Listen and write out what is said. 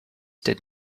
did